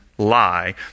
lie